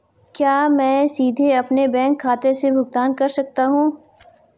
क्या मैं सीधे अपने बैंक खाते से भुगतान कर सकता हूं?